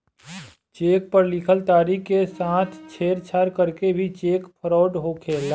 check पर लिखल तारीख के साथ छेड़छाड़ करके भी चेक फ्रॉड होखेला